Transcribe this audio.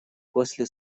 после